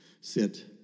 sit